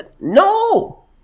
no